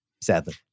sadly